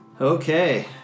Okay